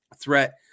threat